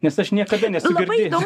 nes aš niekada nesu girdėjęs